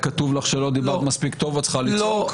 כתוב לך שלא דיברת מספיק טוב ואת צריכה לצעוק?